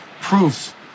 proof